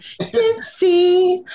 Dipsy